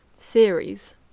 series